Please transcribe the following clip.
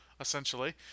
essentially